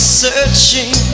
searching